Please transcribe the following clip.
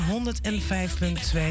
105.2